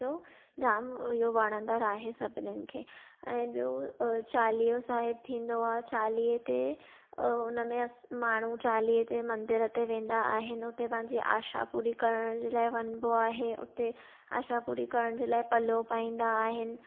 जाम इहो वणंदड़ु आहे सभिनिनि खे ऐं ॿियो चालीहो साहिब थींदो आहे चालीहे ते हुन में माण्हू चालीहे ते मंदरु ते वेंदा आहिनि हुते पंहिंजी आशा पूरी करणु जे लाइ वञिबो आहे हुते आशा पूरी करणु जे लाइ पलउ पाईंदा आहिनि